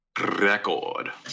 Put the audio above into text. record